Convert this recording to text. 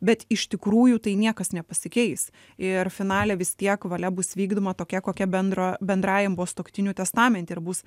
bet iš tikrųjų tai niekas nepasikeis ir finale vis tiek valia bus vykdoma tokia kokia bendro bendrajam buvo sutuoktinių testamente ir bus